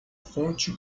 fonte